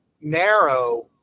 narrow